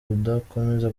kudakomeza